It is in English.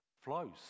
flows